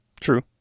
True